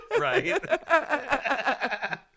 Right